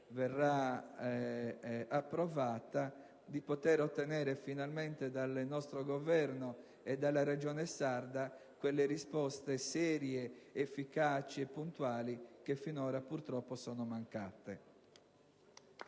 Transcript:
di capire), di poter ottenere finalmente dal nostro Governo e dalla Regione sarda quelle risposte serie, efficaci e puntuali che finora - purtroppo - sono mancate.